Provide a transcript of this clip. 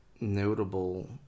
notable